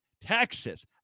Texas